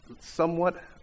somewhat